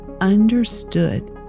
understood